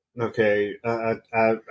Okay